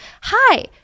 Hi